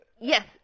Yes